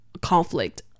conflict